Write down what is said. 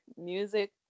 music